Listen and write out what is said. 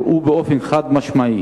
הראו באופן חד-משמעי